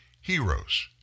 heroes